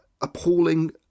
appalling